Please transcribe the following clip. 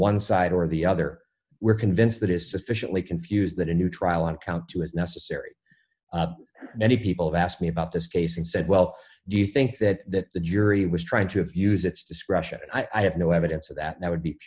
one side or the other we're convinced that is sufficiently confused that a new trial on count two is necessary and many people have asked me about this case and said well do you think that the jury was trying to abuse its discretion i have no evidence of that that would be